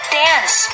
dance